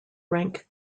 rank